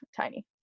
tiny